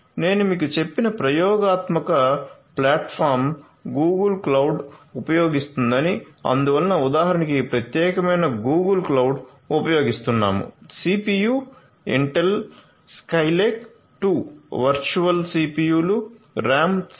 నేను మీకు చెప్పిన ప్రయోగాత్మక ప్లాట్ఫాం గూగుల్ క్లౌడ్ను ఉపయోగిస్తుందని అందువల్ల ఉదాహరణకి ఈ ప్రత్యేకమైన గూగుల్ క్లౌడ్ ఉపయోగిస్తున్నాము సిపియు ఇంటెల్ స్కైలేక్ 2 వర్చువల్ సిపియులు ర్యామ్ 7